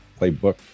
playbook